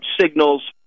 signals